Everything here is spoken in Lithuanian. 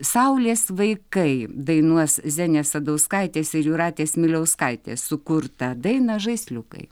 saulės vaikai dainuos zenės sadauskaitės ir jūratės miliauskaitės sukurtą dainą žaisliukai